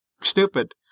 stupid